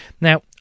Now